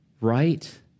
right